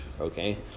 okay